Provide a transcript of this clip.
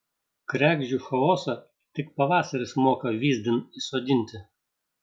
kregždžių chaosą tik pavasaris moka vyzdin įsodinti